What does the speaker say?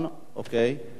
רק רגע, שנייה רגע.